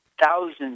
thousands